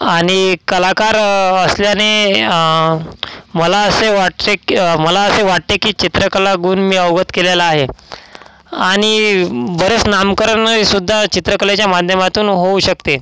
आणि कलाकार असल्याने मला असे वाटचे की मला असे वाटते की चित्रकला गुण मी अवगत केलेला आहे आणि बरंच नामकरनंयसुद्धा चित्रकलेच्या माध्यमातून होऊ शकते